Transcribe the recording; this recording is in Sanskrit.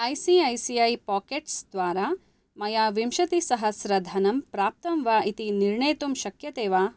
I C I C I pockets द्वारा मया विंशतिसहस्रधनं प्राप्तं वा इति निर्णेतुं शक्यते वा